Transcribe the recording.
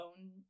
own